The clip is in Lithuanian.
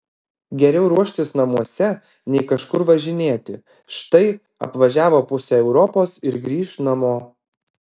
geriau ruoštis namuose nei kažkur važinėti štai apvažiavo pusę europos ir grįš namo